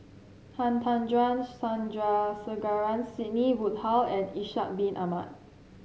Han Tan Juan Sandrasegaran Sidney Woodhull and Ishak Bin Ahmad